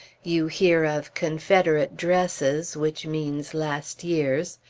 you hear of confederate dresses, which means last year's.